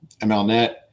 mlnet